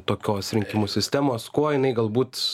tokios rinkimų sistemos kuo jinai galbūt